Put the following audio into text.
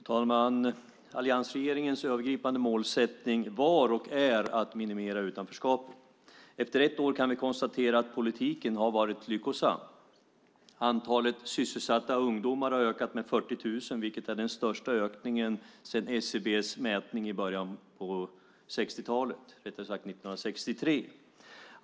Fru talman! Alliansregeringens övergripande målsättning var och är att minimera utanförskapet. Efter ett år kan vi konstatera att politiken har varit lyckosam. Antalet sysselsatta ungdomar har ökat med 40 000, vilket är den största ökningen sedan SCB:s mätning i början på 60-talet, eller rättare sagt 1963.